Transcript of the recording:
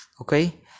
Okay